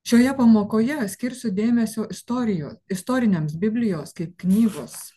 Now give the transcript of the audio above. šioje pamokoje skirsiu dėmesio istorijų istoriniams biblijos kaip knygos